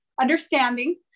understanding